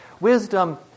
Wisdom